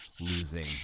losing